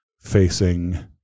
facing